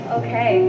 okay